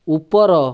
ଉପର